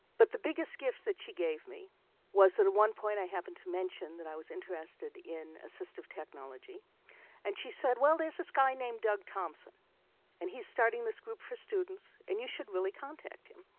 but the biggest gifts that she gave me was at one point i happened to mention that i was interested in assistive technology and she said well there's this guy named doug thompson and he's starting this group for students and you should really contact him.